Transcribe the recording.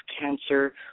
cancer